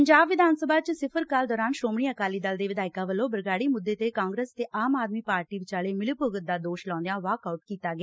ਪੰਜਾਬ ਵਿਧਾਨ ਸਭਾ ਚ ਸਿਫਰ ਕਾਲ ਦੌਰਾਨ ਸ੍ਰੋਮਣੀ ਅਕਾਲੀ ਦਲ ਦੇ ਵਿਧਾਇਕਾਂ ਵੱਲੋਂ ਬਰਗਾੜੀ ਮੁੱਦੇ ਤੇ ਕਾਂਗਰਸ ਤੇ ਆਮ ਆਦਮੀ ਪਾਰਟੀ ਵਿਚਾਲੇ ਮਿਲੀਭੁਗਤ ਦਾ ਦੋਸ਼ ਲਾਉਦਿਆਂ ਵਾਕ ਆਉਟ ਕੀਤਾ ਗਿਆ